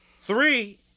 Three